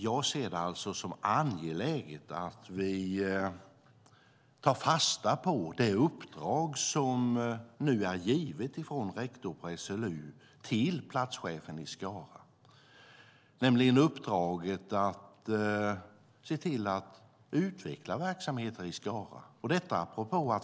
Jag ser det alltså som angeläget att vi tar fasta på det uppdrag som nu är givet av rektorn vid SLU till platschefen i Skara, nämligen uppdraget att utveckla verksamheter i Skara.